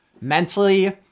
mentally